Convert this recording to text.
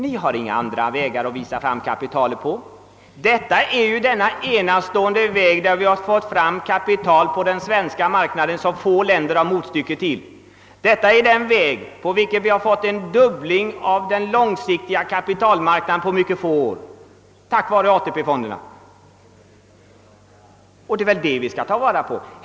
Ni har inga andra vägar att påvisa hur man skall kunna få fram kapitalet. Den väg på vilken vi här fått fram kapital till den svanska marknaden är rätt enastående; få länder har motstycke till den. Tack vare AP-fonderna har vi fått till stånd en fördubbling av den långsiktiga kapitalmarknaden på få år. Det är något som vi skall ta vara på.